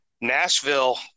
Nashville